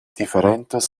differentas